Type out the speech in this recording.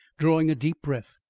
drawing a deep breath,